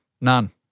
none